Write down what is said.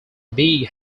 big